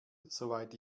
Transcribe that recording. soweit